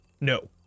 No